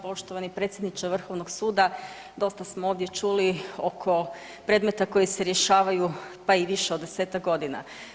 Poštovani predsjedniče Vrhovnog suda dosta smo ovdje čuli oko predmeta koji se rješavaju pa i više od 10-tak godina.